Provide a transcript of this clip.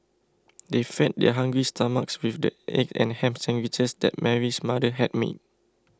they fed their hungry stomachs with the egg and ham sandwiches that Mary's mother had made